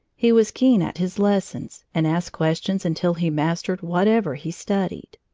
he was keen at his lessons and asked questions until he mastered whatever he studied.